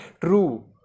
true